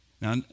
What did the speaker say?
Now